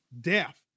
death